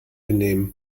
benehmen